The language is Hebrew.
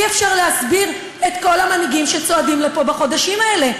אי-אפשר להסביר את כל המנהיגים שצועדים לפה בחודשים האלה.